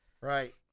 Right